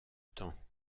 temps